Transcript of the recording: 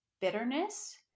bitterness